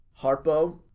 Harpo